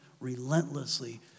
relentlessly